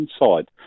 inside